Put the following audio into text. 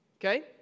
Okay